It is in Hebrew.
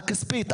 הכספית,